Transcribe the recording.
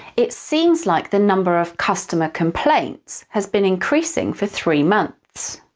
it seems like the number of customer complaints has been increasing for three months,